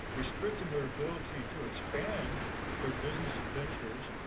restricting their ability to expand their business ventures,